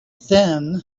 thin